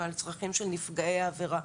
ועל צרכים של שנפגעי העבירה.